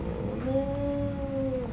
oh no